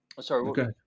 Sorry